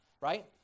right